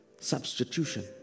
substitution